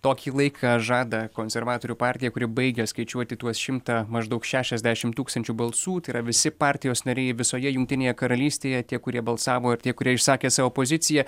tokį laiką žada konservatorių partiją kuri baigia skaičiuoti tuos šimtą maždaug šešiasdešim tūkstančių balsų tai yra visi partijos nariai visoje jungtinėje karalystėje tie kurie balsavo ir tie kurie išsakė savo poziciją